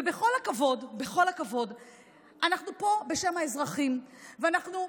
ובכל הכבוד, אנחנו פה בשם האזרחים, ואנחנו,